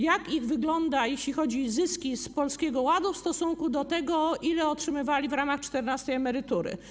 Jak to wygląda, jeśli chodzi o zyski emerytów z Polskiego Ładu w stosunku do tego, ile otrzymywali w ramach czternastej emerytury?